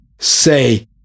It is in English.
say